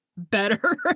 better